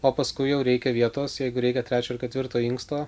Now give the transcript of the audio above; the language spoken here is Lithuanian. o paskui jau reikia vietos jeigu reikia trečio ar ketvirto inksto